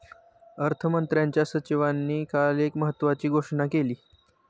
अर्थमंत्र्यांच्या सचिवांनी काल एक महत्त्वाची घोषणा केली